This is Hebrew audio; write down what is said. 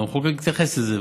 והמחוקק התייחס לזה,